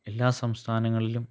എല്ലാ സംസ്ഥാനങ്ങളിലും